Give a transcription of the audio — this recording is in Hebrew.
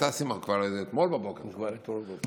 אני כבר לא יודע,